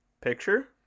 picture